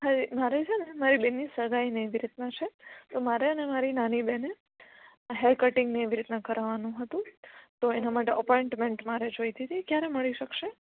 મારે છે ને મારી બેનની સગાઈને એવી રીતના છે મારે ને મારી નાની બેને હેર કટીંગ એવી રીતના કરવાનું હતું તો એના માટે અપોઇમેન્ટ મારે જોઈતી તી ક્યારે મળી શકશે